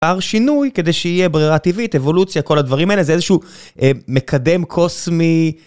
שינוי כדי שיהיה ברירה טבעית, אבולוציה, כל הדברים האלה זה איזשהו מקדם קוסמי.